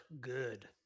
good